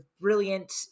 brilliant